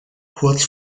kurz